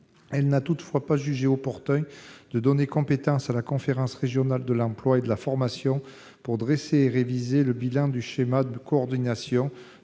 elle n'a pas jugé opportun de donner compétence à la conférence régionale de l'emploi et de la formation pour dresser et réviser le bilan du schéma de coordination,